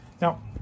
Now